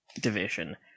division